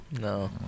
No